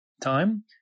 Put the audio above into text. time